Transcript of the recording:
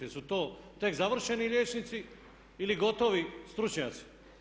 Jesu li to tek završeni liječnici ili gotovi stručnjaci.